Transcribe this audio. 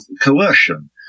coercion